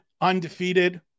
undefeated